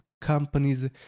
companies